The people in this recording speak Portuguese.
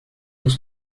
nos